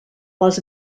les